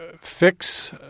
fix